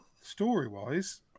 story-wise